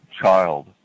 child